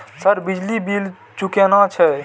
Sir बिजली bill चूकेना छे?